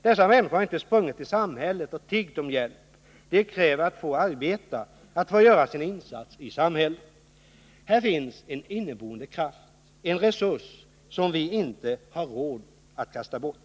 Dessa människor har inte sprungit till samhället och tiggt om hjälp. De kräver att få arbeta, att få göra sin insats i samhället. Här finns en inneboende kraft, en resurs som vi inte har råd att kasta bort.